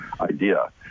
idea